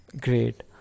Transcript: great